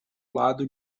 lado